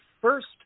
first